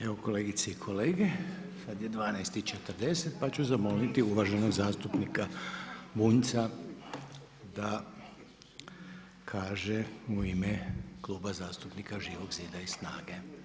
Evo kolegice i kolege, sada je 12,40 pa ću zamoliti uvažanog zastupnika Bunjca da kaže u ime Kluba zastupnika Živog zida i SNAGA-e.